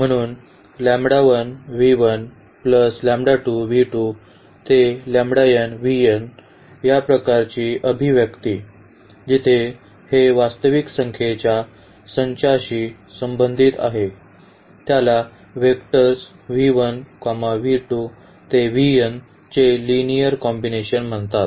म्हणून या प्रकारची अभिव्यक्ती जिथे हे वास्तविक संख्येच्या संचाशी संबंधित आहे त्याला व्हॅक्टर्स चे लिनिअर कॉम्बिनेशन म्हणतात